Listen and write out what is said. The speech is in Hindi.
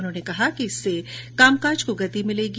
उन्होंने कहा कि इससे काम काज को भी गति मिलेगी